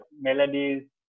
melodies